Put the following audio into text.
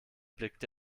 blickte